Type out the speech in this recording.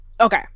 Okay